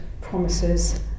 promises